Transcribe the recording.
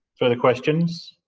further questions